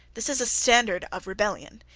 this is a standard of rebellion.